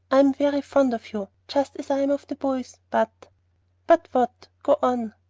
i'm very fond of you, just as i am of the boys but but what? go on.